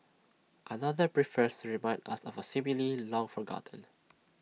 another prefers remind us of A simile long forgotten